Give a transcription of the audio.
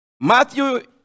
Matthew